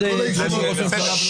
הייתי בכל הישיבות עד עכשיו.